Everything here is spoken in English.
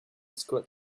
squirt